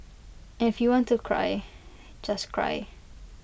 and if you want to cry just cry